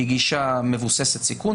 היא גישה מבוססת סיכון.